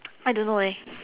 I don't know eh